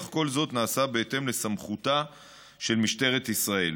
אך כל זאת נעשה בהתאם לסמכותה של משטרת ישראל.